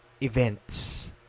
events